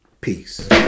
Peace